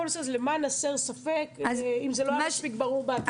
למען הסר ספק, אם זה לא היה מספיק ברור בהתחלה.